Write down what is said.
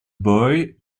boy